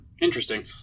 Interesting